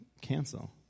cancel